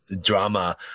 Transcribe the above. drama